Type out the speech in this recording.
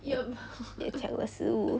也抢了食物